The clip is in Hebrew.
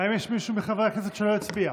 האם יש מישהו מחברי הכנסת שלא הצביע?